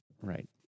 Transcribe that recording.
Right